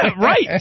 right